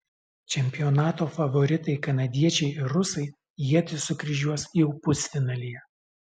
čempionato favoritai kanadiečiai ir rusai ietis sukryžiuos jau pusfinalyje